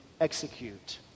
execute